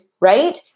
right